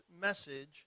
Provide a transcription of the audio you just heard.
message